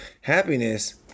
Happiness